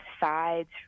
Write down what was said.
sides